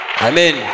Amen